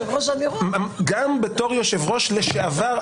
גם בתור יושב-ראש לשעבר,